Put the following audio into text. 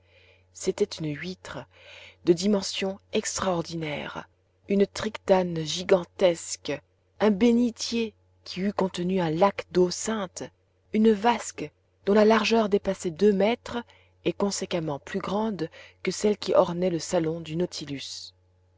c'était une huître de dimension extraordinaire une tridacne gigantesque un bénitier qui eût contenu un lac d'eau sainte une vasque dont la largeur dépassait deux mètres et conséquemment plus grande que celle qui ornait le salon du nautilus